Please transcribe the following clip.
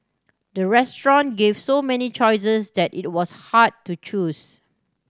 the restaurant gave so many choices that it was hard to choose